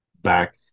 back